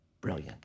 Brilliant